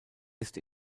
ist